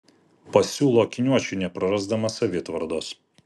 pasiūlo akiniuočiui neprarasdama savitvardos